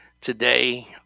today